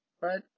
right